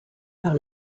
par